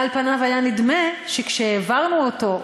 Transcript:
על פניו היה נדמה שכשהעברנו אותו,